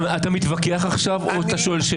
אתה מתווכח או שואל?